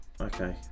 Okay